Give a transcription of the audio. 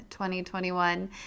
2021